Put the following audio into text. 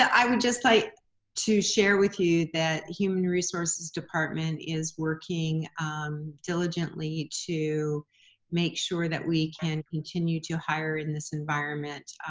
i would just like to share with you that human resources department is working diligently to make sure that we can continue to hire in this environment.